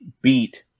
beat